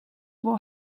will